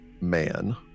man